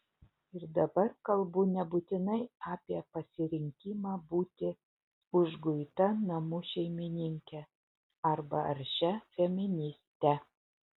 ir dabar kalbu nebūtinai apie pasirinkimą būti užguita namų šeimininke arba aršia feministe